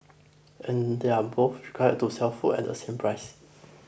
and they're both required to sell food at the same price